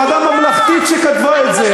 זה ועדה ממלכתית שכתבה את זה.